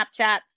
Snapchat